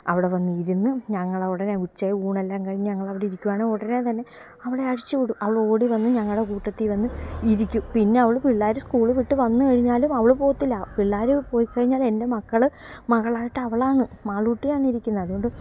അവിടെ വന്ന് ഇരുന്ന് ഞങ്ങളവിടെ ഉച്ചയൂണ് എല്ലാം കഴിഞ്ഞ് ഞങ്ങളവിടെ ഇരിക്കുവാണെ ഉടനെ തന്നെ അവളെ അഴിച്ചുവിടും അവള് ഓടിവന്ന് ഞങ്ങളുടെ കൂട്ടത്തില് വന്ന് ഇരിക്കും പിന്ന അവള് പിള്ളേര് സ്കൂൾ വിട്ട് വന്ന് കഴിഞ്ഞാലും അവള് പോവത്തില്ല പിള്ളേര് പോയിക്കഴിഞ്ഞാൽ എൻ്റെ മക്കള് മകളായിട്ട് അവളാണ് മാളൂട്ടിയാണ് ഇരിക്കുന്നത് അതുകൊണ്ട്